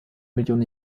million